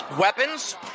Weapons